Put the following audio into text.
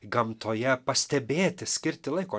gamtoje pastebėti skirti laiko